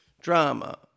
drama